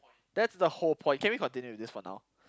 that's the whole point can we continue with this for now